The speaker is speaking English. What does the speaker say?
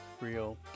real